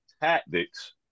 tactics